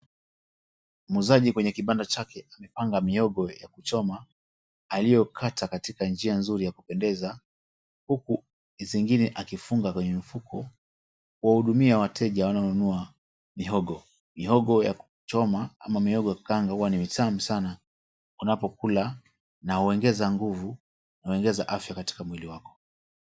Muuzaji kwenye kibanda chake amepanga mihogo ya kuchoma zilizokatwa kwa njia nzuri ya kupendeza huku zingine akifunga kwenye mifuko kuwahudumia wateja wanaonunua mihogo. Mihogo ya kuchoma au kukaanga ni tamu sana unapokula na huongeza nguvu na huongeza afya katika mwili wako.